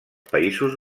països